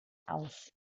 aus